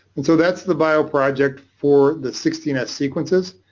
and so that's the bioproject for the sixteen s sequences,